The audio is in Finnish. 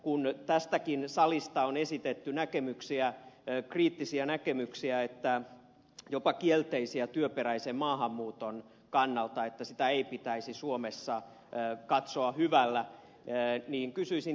kun tästäkin salista on esitetty kriittisiä näkemyksiä jopa kielteisiä työperäisen maahanmuuton kannalta että sitä ei pitäisi suomessa katsoa hyvällä niin kysyisin ministeriltä